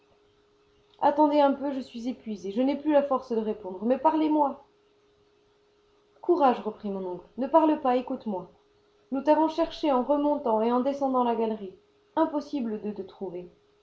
attendez un peu je suis épuisé je n'ai plus la force de répondre mais parlez-moi courage reprit mon oncle ne parle pas écoute-moi nous t'avons cherché en remontant et en descendant la galerie impossible de te trouver